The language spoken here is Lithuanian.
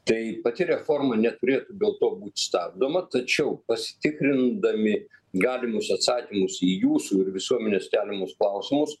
tai pati reforma neturėtų dėl to būt stabdoma tačiau pasitikrindami galimus atsakymus į jūsų ir visuomenės keliamus klausimus